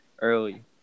early